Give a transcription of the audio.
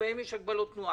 והגבלות תנועה?